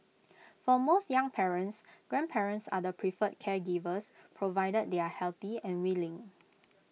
for most young parents grandparents are the preferred caregivers provided they are healthy and willing